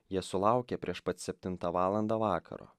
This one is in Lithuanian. jie sulaukė prieš pat septintą valandą vakaro